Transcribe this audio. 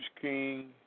King